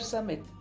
Summit